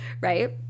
right